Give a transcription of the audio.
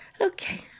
Okay